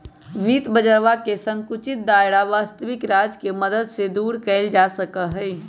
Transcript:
वित्त बाजरवा के संकुचित दायरा वस्तबिक राज्य के मदद से दूर कइल जा सका हई